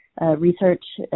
research